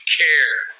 care